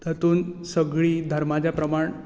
तातूंत सगळीं धर्माच्या प्रमाण